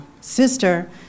sister